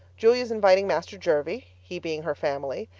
julia's inviting master jervie, he being her family,